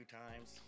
times